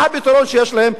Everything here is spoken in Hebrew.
מה הפתרון שיש להם?